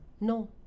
No